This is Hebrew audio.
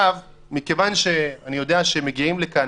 מכיוון שאני יודע שמגיעים לכאן,